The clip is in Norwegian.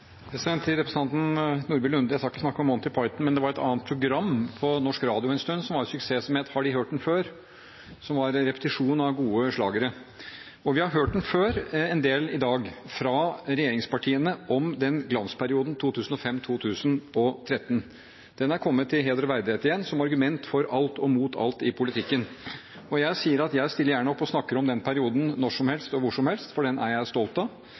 Nordby Lunde: Jeg skal ikke snakke om Monty Python, men det var et program på norsk radio en stund som var en suksess, som het: «Har De hørt den før?» Det var en repetisjon av gode slagere. Og vi har hørt den før en del i dag, fra regjeringspartiene, om glansperioden 2005–2013. Den har kommet til heder og verdighet igjen som argument for alt og mot alt i politikken. Jeg sier at jeg stiller gjerne opp og snakker om den perioden når som helst og hvor som helst, for den er jeg stolt av,